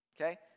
Okay